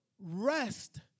rest